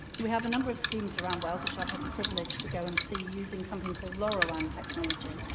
we have a number of schemes around wales, which i've had the privilege to go and see, using something called lorawan technology,